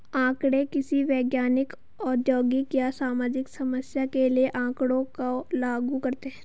आंकड़े किसी वैज्ञानिक, औद्योगिक या सामाजिक समस्या के लिए आँकड़ों को लागू करते है